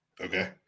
Okay